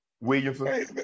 Williamson